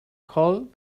hole